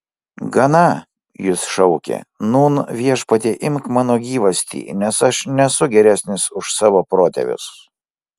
gana jis šaukė nūn viešpatie imk mano gyvastį nes aš nesu geresnis už savo protėvius